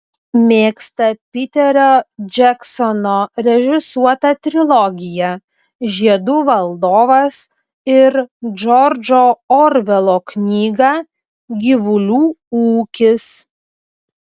mėgsta piterio džeksono režisuotą trilogiją žiedų valdovas ir džordžo orvelo knygą gyvulių ūkis